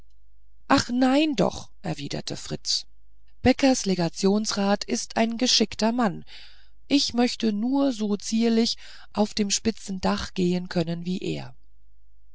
ach nein doch erwiderte fritz bäckers legationsrat ist ein geschickter mann ich möchte nur so zierlich auf dem spitzen dach gehen können wie er